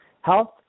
health